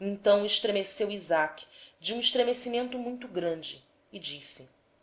então estremeceu isaque de um estremecimento muito grande e disse